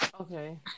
Okay